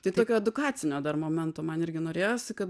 tai tokio edukacinio dar momento man irgi norėjosi kad